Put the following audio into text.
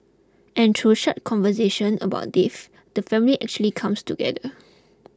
and through such conversation about death the family actually comes together